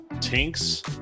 tinks